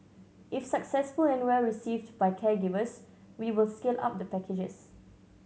if successful and well received by caregivers we will scale up the packages